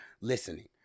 listening